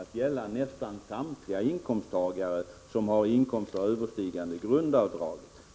att gälla nästan samtliga inkomsttagare som har inkomster överstigande grundavdraget.